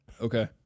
Okay